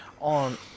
On